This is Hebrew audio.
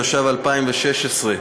התשע"ו 2016,